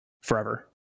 forever